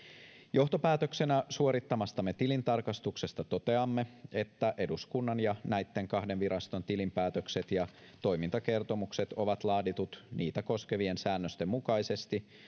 johtopäätöksenä suorittamastamme tilintarkastuksesta toteamme että eduskunnan ja näitten kahden viraston tilinpäätökset ja toimintakertomukset on laadittu niitä koskevien säännösten mukaisesti